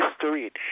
history